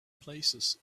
places